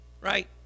Right